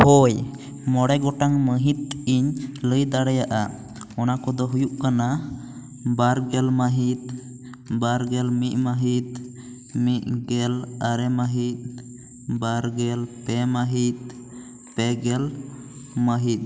ᱦᱳᱭ ᱢᱚᱬᱮ ᱜᱚᱴᱟᱝ ᱢᱟᱹᱦᱤᱛ ᱤᱧ ᱞᱟᱹᱭ ᱫᱟᱲᱮᱭᱟᱜᱼᱟ ᱚᱱᱟ ᱠᱚ ᱫᱚ ᱦᱩᱭᱩᱜ ᱠᱟᱱᱟ ᱵᱟᱨ ᱜᱮᱞ ᱢᱟᱹᱦᱤᱛ ᱵᱟᱨ ᱜᱮᱞ ᱢᱤᱫ ᱢᱟᱹᱦᱤᱛ ᱢᱤᱫ ᱜᱮᱞ ᱟᱨᱮ ᱢᱟᱹᱦᱤᱛ ᱵᱟᱨ ᱜᱮᱞ ᱯᱮ ᱢᱟᱹᱦᱤᱛ ᱯᱮ ᱜᱮᱞ ᱢᱟᱹᱦᱤᱛ